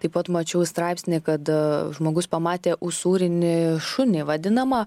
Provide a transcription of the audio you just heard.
taip pat mačiau straipsnį kada žmogus pamatė usūrinį šunį vadinamą